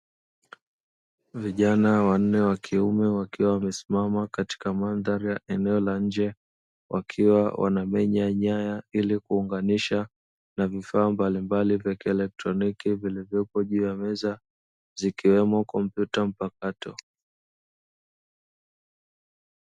Vijana wanne wa kiume wakiwa wamesimama katika mandhari ya eneo la nje, wakiwa wanamenya nyaya ili kuunganisha na vifaa mbalimbali vya kielektroniki, vilivyopo juu ya meza zikiwemo kompyuta mpakato.